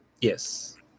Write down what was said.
Yes